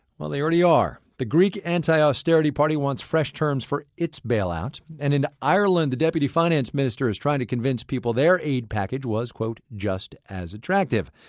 well, they already are. the greek anti-austerity party wants fresh terms for its bailout. and in ireland, the deputy finance minister is trying to convince people their aid package was just as attractive.